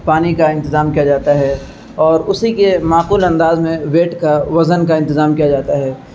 پانی کا انتظام کیا جاتا ہے اور اسی کے معقول انداز میں ویٹ کا وزن کا انتظام کیا جاتا ہے